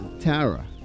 Tara